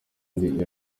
irinda